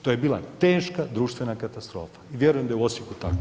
To je bila teška društvena katastrofa i vjerujem da je i u Osijeku tako.